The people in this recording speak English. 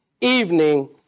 evening